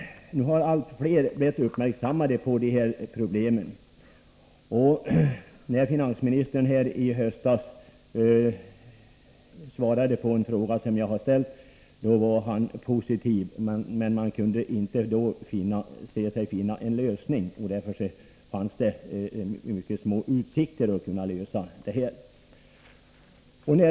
Nu har allt fler blivit uppmärksammade på problemen. När finansministern i höstas svarade på en fråga som jag hade ställt var han positiv men han kunde då inte finna en praktisk lösning. Därför fanns det mycket små utsikter att lösa problemen.